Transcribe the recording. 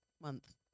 month